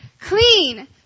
clean